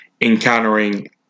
encountering